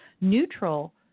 neutral